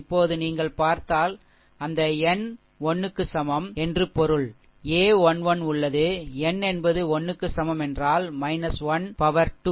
இப்போது நீங்கள் பார்த்தால் அந்த n 1 க்கு சமம் என்று பொருள் a 1 1 உள்ளது n என்பது 1 க்கு சமம் என்றால் இது 2